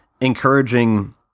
encouraging